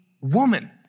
woman